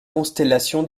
constellation